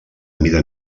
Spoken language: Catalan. mida